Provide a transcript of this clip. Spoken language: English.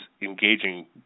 engaging